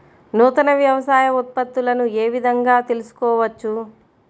నూతన వ్యవసాయ ఉత్పత్తులను ఏ విధంగా తెలుసుకోవచ్చు?